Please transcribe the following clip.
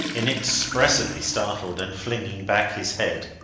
inexpressibly startled, and flinging back his head.